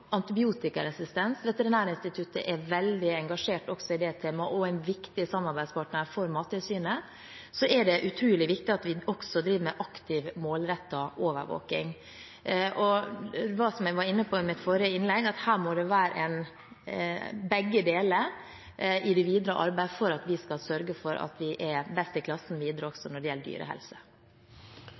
er Veterinærinstituttet veldig engasjert i det temaet og en viktig samarbeidspartner for Mattilsynet. Så er det utrolig viktig at vi også driver med aktiv målrettet overvåking. Som jeg var inne på i mitt forrige innlegg, må det være begge deler i det videre arbeidet for at vi skal sørge for at vi er best i klassen også videre når det gjelder dyrehelse.